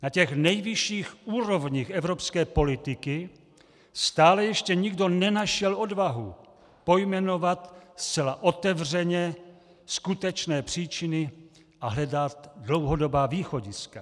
Na těch nejvyšších úrovních evropské politiky stále ještě nikdo nenašel odvahu pojmenovat zcela otevřeně skutečné příčiny a hledat dlouhodobá východiska.